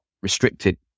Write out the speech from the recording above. restricted